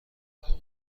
خواهیم